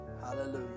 Hallelujah